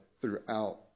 throughout